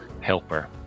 helper